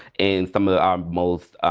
and some of our most